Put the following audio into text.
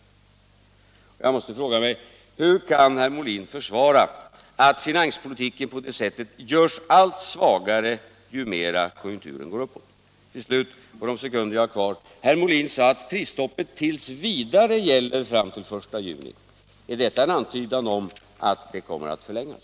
Jag måste fråga: Hur kan herr Molin försvara att finanspolitiken på det sättet görs allt svagare ju mer konjunkturen går uppåt? Till slut en fråga på de sekunder jag har kvar: Herr Molin säger att prisstoppet t. v. gäller fram till den 1 juli. Är detta en antydan om att det kommer att förlängas?